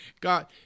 God